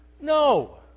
No